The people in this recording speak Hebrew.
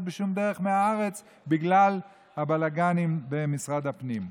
בשום דרך מהארץ בגלל הבלגנים במשרד הפנים.